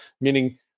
meaning